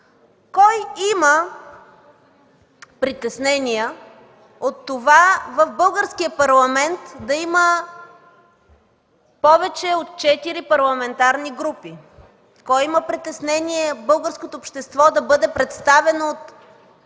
Кой има притеснения от това в Българския парламент да има повече от четири парламентарни групи? Кой има притеснения българското общество да бъде представено от